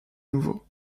nouveau